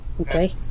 Okay